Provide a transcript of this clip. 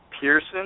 Pearson